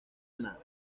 ana